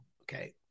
okay